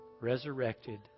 resurrected